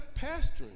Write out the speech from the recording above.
pastoring